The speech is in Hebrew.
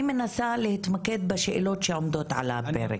אני מנסה להתמקד בשאלות שעומדות על הפרק.